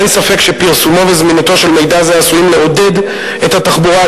אין ספק שפרסומו וזמינותו של מידע זה עשויים לעודד את התחבורה,